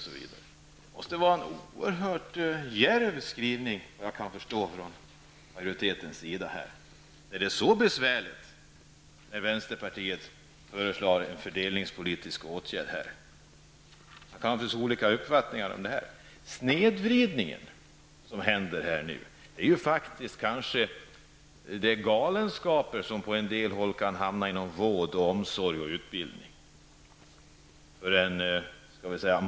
Då måste det vara en oerhört djärv skrivning från majoritetens sida. Är det så besvärligt när vänsterpartiet föreslår fördelningspolitiska åtgärder? Man kan naturligtvis ha olika uppfattningar om det. Den snedvridning som sker är bl.a. de galenskaper som på en del håll kan uppträda inom vård, omsorg och utbildning.